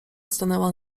stanęła